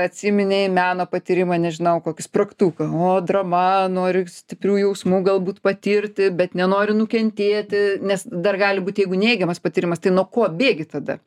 atsiminei meno patyrimą nežinau kokį spragtuką o drama noriu stiprių jausmų galbūt patirti bet nenoriu nukentėti nes dar gali būt jeigu neigiamas patyrimas tai nuo ko bėgi tada